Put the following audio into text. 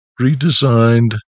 redesigned